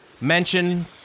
Mention